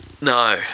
No